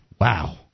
Wow